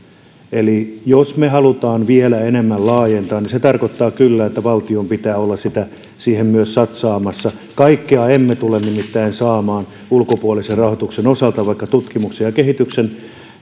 eli jos me haluamme vielä enemmän laajentaa niin se tarkoittaa kyllä että valtion pitää olla siihen myös satsaamassa kaikkea emme tule nimittäin saamaan ulkopuolisen rahoituksen osalta vaikka tutkimuksen ja kehityksen